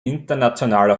internationaler